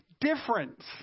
difference